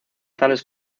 tales